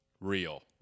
Real